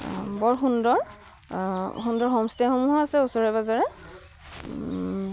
বৰ সুন্দৰ সুন্দৰ হোমষ্টেসমূহো আছে ওচৰে পাঁজাৰে